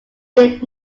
did